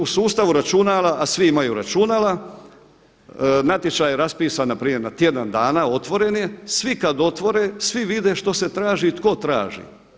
U sustavu računala a svi imaju računala natječaj je raspisan npr. na tjedan dana otvoreni je, svi kad otvore svi vide što se traži i tko traži.